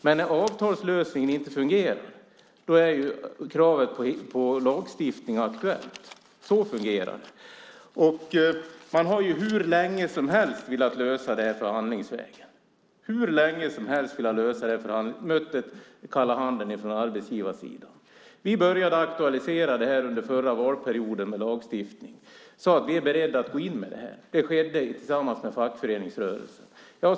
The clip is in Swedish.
Men när avtalslösningen inte fungerar blir kravet på lagstiftning aktuellt. Så fungerar det. Man har hur länge som helst velat lösa det här förhandlingsvägen och hur länge som helst fått kalla handen från arbetsgivarsidan. Vi började aktualisera det här med lagstiftning under förra valperioden. Vi är beredda att gå in med det här. Det skedde tillsammans med fackföreningsrörelsen.